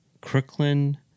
Crooklyn